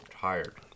tired